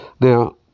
Now